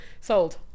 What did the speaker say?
sold